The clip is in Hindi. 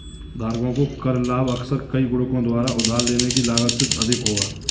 धारकों को कर लाभ अक्सर कई गुणकों द्वारा उधार लेने की लागत से अधिक होगा